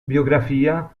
biografia